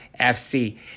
FC